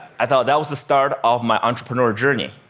i thought that was the start of my entrepreneur journey.